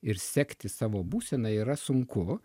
ir sekti savo būseną yra sunku